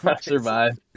survive